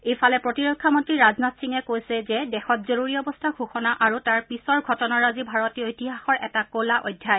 ইফালে প্ৰতিৰক্ষা মন্নী ৰাজনাথ সিঙে কৈছে যে দেশত জৰুৰী অৱস্থা ঘোষণা আৰু তাৰ পিচৰ ঘটনাৰাজি ভাৰতীয় ইতিহাসৰ এটা কলা অধ্যায়